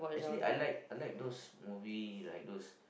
actually I like I like those movie like those